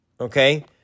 okay